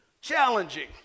challenging